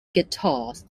guitars